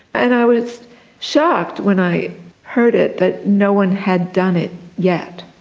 and i was shocked when i heard it, that no one had done it yet,